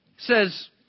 says